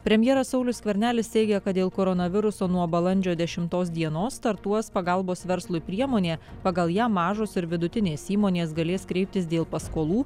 premjeras saulius skvernelis teigia kad dėl koronaviruso nuo balandžio dešimtos dienos startuos pagalbos verslui priemonė pagal ją mažos ir vidutinės įmonės galės kreiptis dėl paskolų